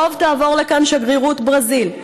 בקרוב תעבור לכאן שגרירות ברזיל,